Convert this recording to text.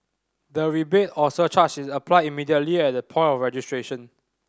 the rebate or surcharge is applied immediately at the point of registration